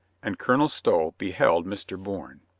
and colonel stow beheld mr. bourne.